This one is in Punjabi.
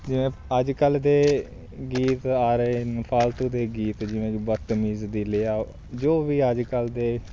ਜਿਵੇਂ ਅੱਜ ਕੱਲ੍ਹ ਦੇ ਗੀਤ ਆ ਰਹੇ ਫਾਲਤੂ ਦੇ ਗੀਤ ਜਿਵੇਂ ਬਦਤਮੀਜ਼ ਦਿਲ ਆ ਜੋ ਵੀ ਅੱਜ ਕੱਲ੍ਹ ਦੇ